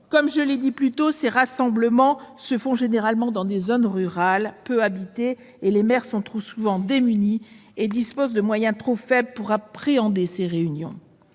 comme je l'ai dit plus tôt, ces rassemblements ayant généralement lieu dans des zones rurales peu habitées, les maires sont trop souvent démunis. Ils disposent de moyens trop faibles pour appréhender ces réunions.